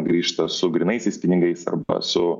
grįžta su grynaisiais pinigais arba su